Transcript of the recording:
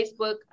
Facebook